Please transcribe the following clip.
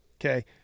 Okay